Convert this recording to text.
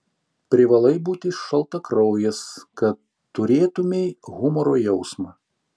privalai būti šaltakraujis kad turėtumei humoro jausmą